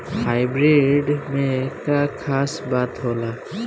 Hybrid में का खास बात होला?